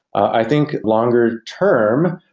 i think longer term,